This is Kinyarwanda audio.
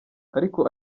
ariko